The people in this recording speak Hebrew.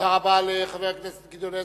תודה רבה לחבר הכנסת גדעון עזרא.